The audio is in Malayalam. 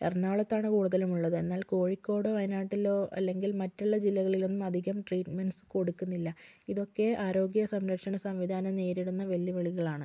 എറണാകുളത്താണ് കൂടുതലും ഉള്ളത് എന്നാൽ കോഴിക്കോട് വായനാട്ടിലോ അല്ലങ്കിൽ മറ്റുള്ള ജില്ലകളിലും അധികം ട്രീറ്റ്മെൻറ്സ് കൊടുക്കുന്നില്ല ഇതൊക്കെ ആരോഗ്യ സംരക്ഷണ സംവിധാനം നേരിടുന്ന വെല്ലുവിളികൾ ആണ്